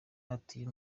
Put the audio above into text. atuye